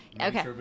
Okay